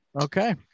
Okay